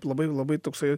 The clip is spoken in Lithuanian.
labai labai toksai